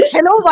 Hello